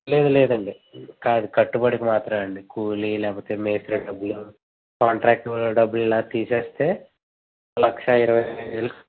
లేదు లేదండి కాదు కట్టుబడికి మాత్రమే అండి కూలి లేకపోతే మేస్త్రికి డబ్బులు కాంట్రాక్ట్ డబ్బులలో తీసేస్తే లక్ష ఇరవై ఐదు వేల